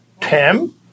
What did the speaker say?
Tim